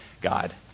God